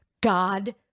God